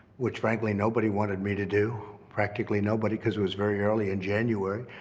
which, frankly, nobody wanted me to do, practically nobody, cause it was very early in january,